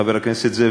חבר הכנסת זאב.